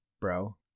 bro